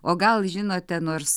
o gal žinote nors